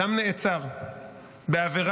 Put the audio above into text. אדם נעצר בעבירה,